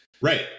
Right